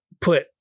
put